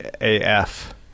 AF